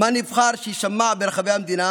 מה נבחר שיישמע ברחבי המדינה,